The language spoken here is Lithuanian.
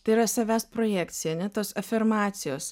tai yra savęs projekcija ane tos afirmacijos